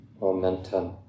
momentum